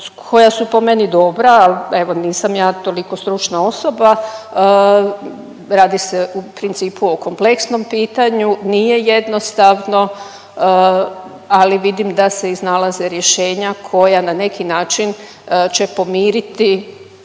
koja su po meni dobra, al evo nisam ja toliko stručna osoba, radi se u principu o kompleksnom pitanju, nije jednostavno, ali vidim da se iznalaze rješenja koja na neki način će pomiriti